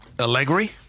Allegri